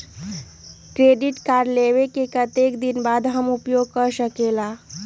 Credit card लेबे के कतेक दिन बाद हम उपयोग कर सकेला?